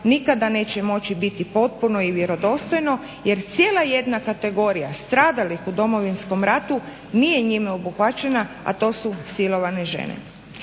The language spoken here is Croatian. nikada neće moći biti potpuno i vjerodostojno, jer cijela jedna kategorija stradalih u Domovinskom ratu nije njime obuhvaćena, a to su silovane žene.